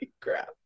crap